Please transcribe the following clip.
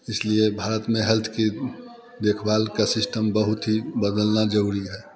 इस लिए भारत में हेल्थ की देख भाल का सिस्टम बहुत ही बदलना ज़रूरी है